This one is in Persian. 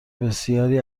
بسیاری